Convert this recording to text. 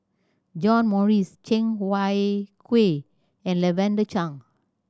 John Morrice Cheng Wai Keung and Lavender Chang